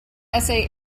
essay